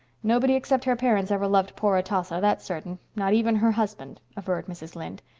nobody except her parents ever loved poor atossa, that's certain, not even her husband, averred mrs. lynde.